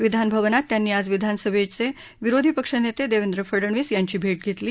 विधानभवनात त्यांनी आज विधानसभेचे विरोधी पक्षनेते देवेंद्र फडनवीस यांची भेट घेतली